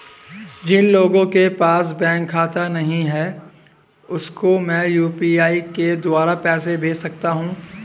जिन लोगों के पास बैंक खाता नहीं है उसको मैं यू.पी.आई के द्वारा पैसे भेज सकता हूं?